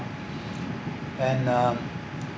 and uh